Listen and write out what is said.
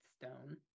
stone